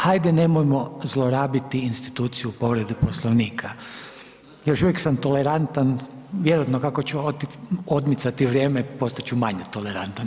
Hajde nemojmo zlorabiti instituciju povrede Poslovnika, još uvijek sam tolerantan, vjerovatno kako će odmicati vrijeme, postat ću manje tolerantan.